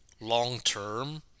long-term